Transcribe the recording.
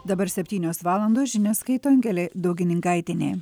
dabar septynios valandos žinias skaito angelė daugininkaitienė